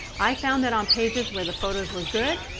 i found that on pages where the photos were good,